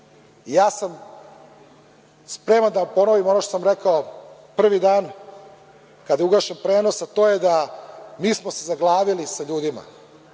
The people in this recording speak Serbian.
Ja sam spreman da vam ponovim ono što sam rekao prvi dan, kada je ugašen prenos, a to je – mi smo se zaglavili sa ljudima.